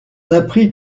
apprit